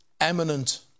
eminent